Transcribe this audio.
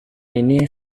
ini